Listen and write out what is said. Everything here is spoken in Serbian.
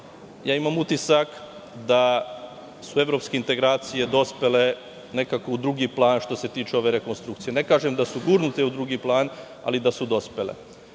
nas. Imam utisak da su evropske integracije dospele nekako u drugi plan, što se tiče ove rekonstrukcije. Ne kažem da su gurnute u drugi plan, ali da su dospele.